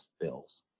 bills